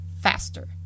faster